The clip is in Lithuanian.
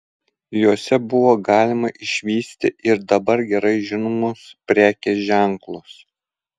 jose buvo galima išvysti ir dabar gerai žinomus prekės ženklus